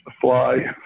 fly